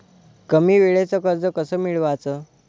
कमी वेळचं कर्ज कस मिळवाचं?